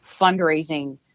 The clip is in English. fundraising